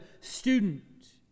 student